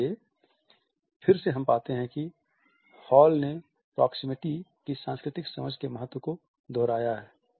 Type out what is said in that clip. इसलिए फिर से हम पाते हैं कि हॉल ने प्रोक्सेमिटी की सांस्कृतिक समझ के महत्व को दोहराया है